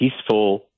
peaceful